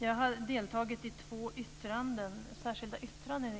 Fru talman!